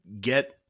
get